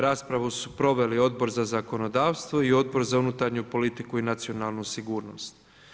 Raspravu su proveli Odbor za zakonodavstvo i Odbor za unutarnju politiku i nacionalnu sigurnost.